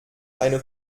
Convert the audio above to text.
eine